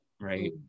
right